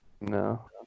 No